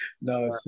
no